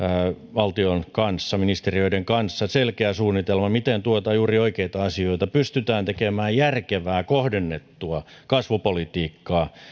valtion ministeriöiden kanssa selkeä suunnitelma miten tuetaan juuri oikeita asioita ja pystytään tekemään järkevää kohdennettua kasvupolitiikkaa